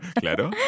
Claro